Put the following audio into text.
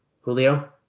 Julio